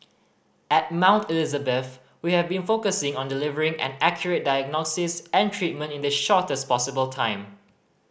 at Mount Elizabeth we have been focusing on delivering an accurate diagnosis and treatment in the shortest possible time